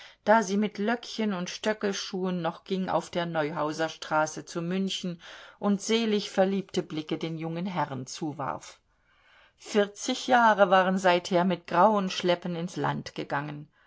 da sie mit löckchen und stöckelschuhen noch ging auf der neuhauserstraße zu münchen und selig verliebte blicke den jungen herren zuwarf vierzig jahre waren seither mit grauen schleppen ins land gegangen